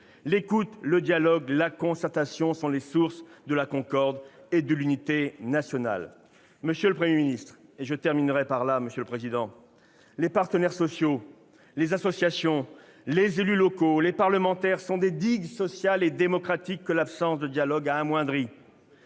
L'écoute, le dialogue, la concertation sont les sources de la concorde et de l'unité nationale. Monsieur le Premier ministre, les partenaires sociaux, les associations, les élus locaux, les parlementaires sont des digues sociales et démocratiques que l'absence de dialogue a amoindries.